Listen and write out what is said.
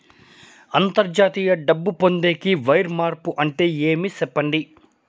అంతర్జాతీయ డబ్బు పొందేకి, వైర్ మార్పు అంటే ఏమి? సెప్పండి?